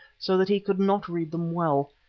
so that he could not read them well.